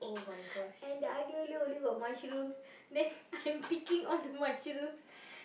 and the aglio olio only got mushroom next I'm picking all the mushrooms